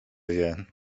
wie